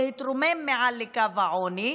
להתרומם מעל לקו העוני,